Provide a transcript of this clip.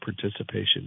participation